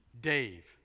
Dave